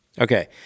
Okay